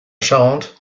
charente